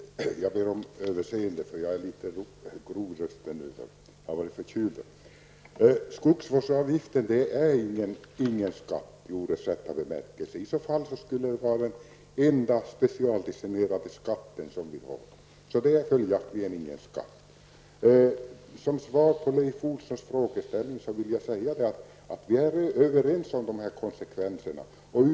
Herr talman! Jag ber om överseende med att jag låter litet grov i rösten, men jag har varit förkyld en tid. Skogsvårdsavgiften är ingen skatt i det ordets bemärkelse. I så fall skulle det vara den enda specialdestinerade skatt som vi har. Som svar på Leif Olssons fråga vill jag säga att vi är överens om de konsekvenser han talar om.